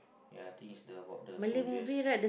ya I think is the about the soldiers